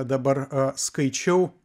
dabar skaičiau